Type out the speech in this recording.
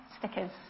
stickers